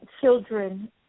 Children